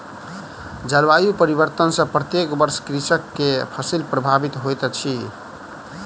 जलवायु परिवर्तन सॅ प्रत्येक वर्ष कृषक के फसिल प्रभावित होइत अछि